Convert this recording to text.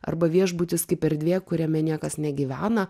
arba viešbutis kaip erdvė kuriame niekas negyvena